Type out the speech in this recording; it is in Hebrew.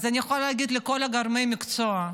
אז אני יכולה להגיד לכל גורמי המקצוע: